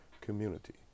community